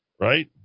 right